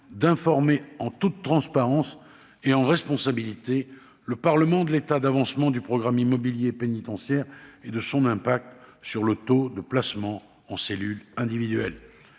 Parlement, en toute transparence et en responsabilité, de l'état d'avancement du programme immobilier pénitentiaire et de ses conséquences sur le taux de placement en cellule individuelle.